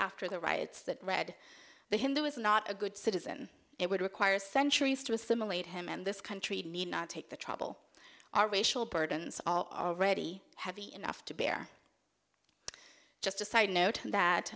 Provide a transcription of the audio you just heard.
after the riots that read the hindu is not a good citizen it would require centuries to assimilate him in this country need not take the trouble our racial burdens all are already heavy enough to bear just a side note that